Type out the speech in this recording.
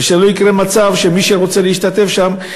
ושלא יקרה מצב שמי שירצה להשתתף שם,